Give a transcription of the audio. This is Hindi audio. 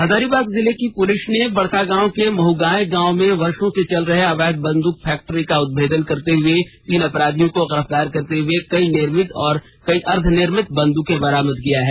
हजारीबाग जिले की पुलिस ने बड़कागांव के महगांय गांव में वर्षो से चल रहे अवैध बंद्रक फैक्ट्री का उद्भेदन करते हुए तीन अपराधियों को गिरफ्तार करते हुए कई निर्मित और कई अर्द्वनिर्मित बंदूक बरामद किया है